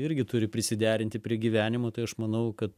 irgi turi prisiderinti prie gyvenimo tai aš manau kad